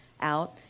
out